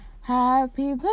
happy